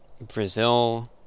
Brazil